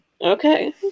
Okay